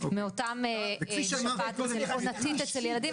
מאותם שפעת אצל ילדים.